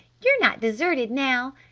you're not deserted now!